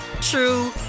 true